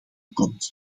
komt